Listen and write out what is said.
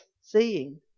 seeing